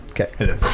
Okay